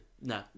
No